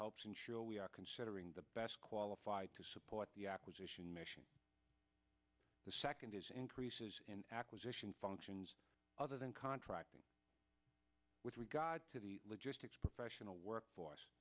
helps ensure we are considering the best qualified to support the acquisition mission the second is increases in acquisition functions other than contracting with regard to the logistics professional workforce